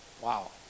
Wow